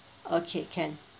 okay can